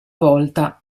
volta